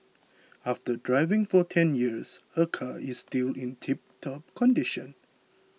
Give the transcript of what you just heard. after driving for ten years her car is still in tiptop condition